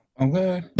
Okay